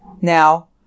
Now